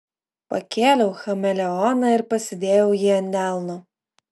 pakėliau chameleoną ir pasidėjau jį ant delno